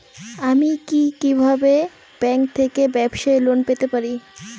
আমি কি কিভাবে ব্যাংক থেকে ব্যবসায়ী লোন পেতে পারি?